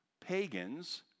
pagans